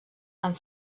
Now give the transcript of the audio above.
amb